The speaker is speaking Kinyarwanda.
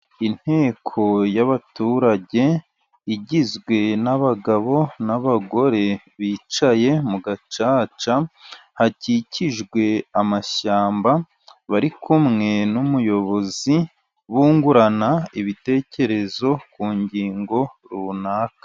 Inteko y'abaturage igizwe n'abagabo n'abagore bicaye mu gacaca. Hakikijwe amashyamba, bari kumwe n'umuyobozi, bungurana ibitekerezo ku ngingo runaka.